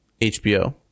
HBO